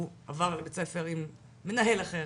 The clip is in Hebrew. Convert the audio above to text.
הוא עבר לבית ספר עם מנהל אחר,